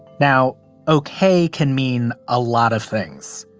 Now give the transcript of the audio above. now, ok can mean a lot of things.